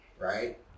Right